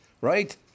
Right